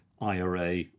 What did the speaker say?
IRA